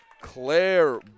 Claire